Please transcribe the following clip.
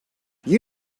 you